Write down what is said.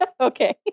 Okay